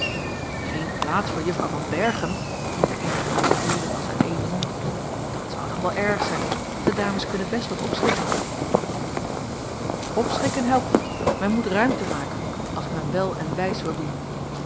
geen plaats voor juffrouw tan berchem riepen eenige jongeheeren als uit één mond dat zou toch wel erg zijn de dames kunnen best wat opschikken opschikken helpt niet men moet ruimte maken als men wel en wijs wil doen